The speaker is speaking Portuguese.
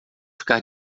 ficar